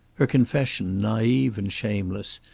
her confession, naive and shameless,